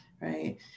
Right